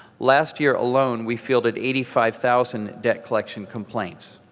last year alone, we fielded eighty five thousand debt collection complaints.